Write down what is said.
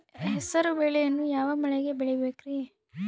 ಹೆಸರುಬೇಳೆಯನ್ನು ಯಾವ ಮಳೆಗೆ ಬೆಳಿಬೇಕ್ರಿ?